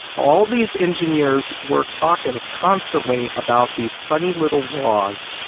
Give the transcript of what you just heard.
all these engineers were talking constantly about these funny little laws